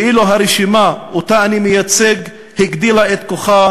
ואילו הרשימה שאני מייצג הגדילה את כוחה,